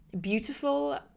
beautiful